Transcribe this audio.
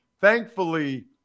thankfully